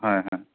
হয় হয়